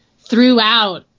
throughout